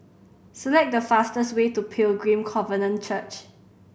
select the fastest way to Pilgrim Covenant Church